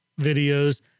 videos